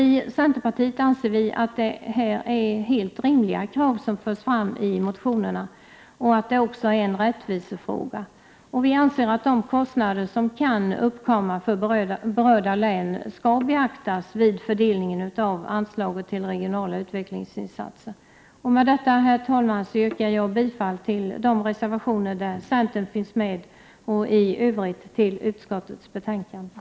I centerpartiet anser vi att det är helt rimliga krav som förs fram i motionerna och att detta också är en rättvisefråga. Vi anser att de kostnader som kan uppkomma för berörda län skall beaktas vid fördelningen av anslaget till regionala utvecklingsinsatser. Med detta, herr talman, yrkar jag bifall till de reservationer som undertecknats av centerledamöter och i övrigt bifall till utskottets hemställan.